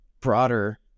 broader